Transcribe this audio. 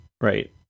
right